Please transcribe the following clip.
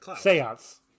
seance